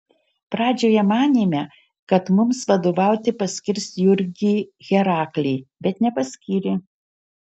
pradžioje manėme kad mums vadovauti paskirs jurgį heraklį bet nepaskyrė